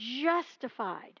justified